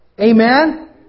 Amen